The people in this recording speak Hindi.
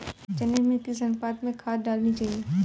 चने में किस अनुपात में खाद डालनी चाहिए?